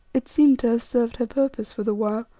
it seemed to have served her purpose for the while,